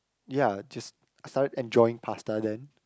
ya just started enjoying pasta then